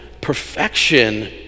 perfection